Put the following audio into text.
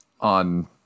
on